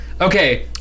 Okay